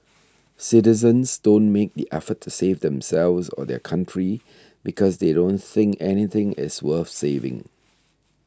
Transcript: citizens don't make the effort to save themselves or their country because they don't think anything is worth saving